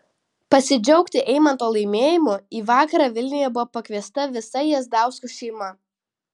pasidžiaugti eimanto laimėjimu į vakarą vilniuje buvo pakviesta visa jazdauskų šeima